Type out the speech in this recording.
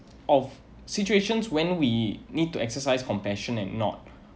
of situations when we need to exercise compassion and not